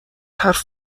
حرف